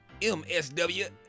msw